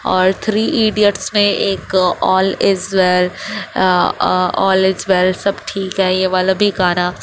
اور three edits میں ایک all is well all is well سب ٹھیک ہے یہ والا بھی گانا